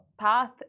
path